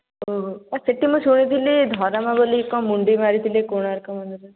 ଓହୋ ଅ ସେଠି ମୁଁ ଶୁଣିଥିଲି ଧରମା ବୋଲି କ'ଣ ମୁଣ୍ଡି ମାରିଥିଲେ କୋଣାର୍କ ମନ୍ଦିର